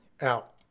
out